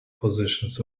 possessions